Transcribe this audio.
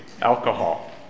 alcohol